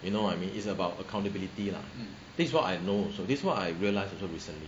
you know what I mean is about accountability lah this is what I know also this what I realised also recently